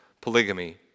polygamy